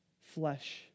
flesh